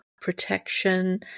protection